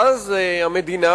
ואז המדינה,